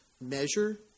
measure